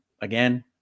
Again